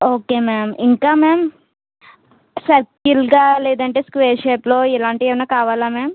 okay ma'am ఇంకా ma'am సర్కిల్గా లేదంటే స్క్వేర్ షేప్లో ఇలాంటివి ఏమన్నా కావాలా మ్యామ్